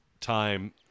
time